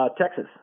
Texas